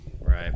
Right